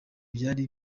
byari